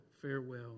farewell